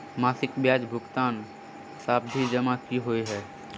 मासिक ब्याज भुगतान सावधि जमा की होइ है?